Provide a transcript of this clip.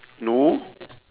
no